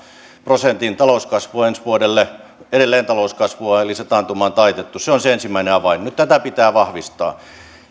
prosentin talouskasvua ensi vuodelle edelleen talouskasvua eli taantuma on taitettu se on se ensimmäinen avain nyt tätä pitää vahvistaa